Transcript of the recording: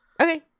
Okay